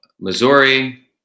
Missouri